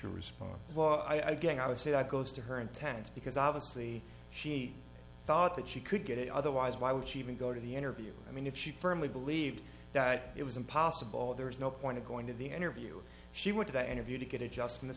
guess i would say that goes to her intense because obviously she thought that she could get it otherwise why would she even go to the interview i mean if she firmly believed that it was impossible there is no point to going to the interview she went to that interview to get it just